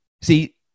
See